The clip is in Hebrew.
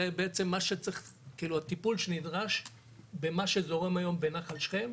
זה כאילו הטיפול שנדרש במה שזורם היום בנחל שכם,